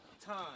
time